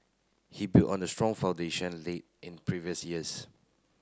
he built on the strong foundation laid in previous years